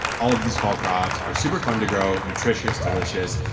all of these fall crops are super fun to grow nutritious, delicious,